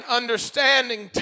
understanding